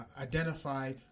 identify